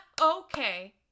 okay